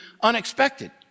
unexpected